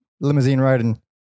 limousine-riding